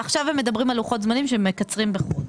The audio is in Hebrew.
עכשיו הם מדברים על לוחות זמנים שמקצרים בחודש.